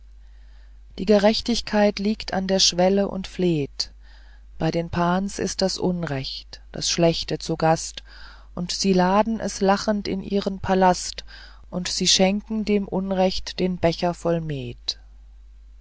die gerechtigkeit liegt an der schwelle und fleht bei den pans ist das unrecht das schlechte zu gast und sie laden es lachend in ihren palast und sie schenken dem unrecht den becher voll met